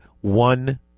one